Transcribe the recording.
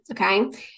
okay